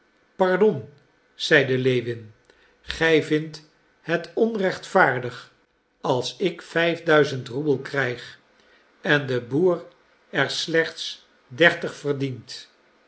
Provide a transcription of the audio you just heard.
pardon zeide lewin gij vindt het onrechtvaardig als ik vijfduizend roebel krijg en de boer er slechts dertig verdient